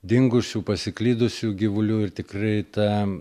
dingusių pasiklydusių gyvulių ir tikrai ta